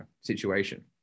situation